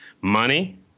money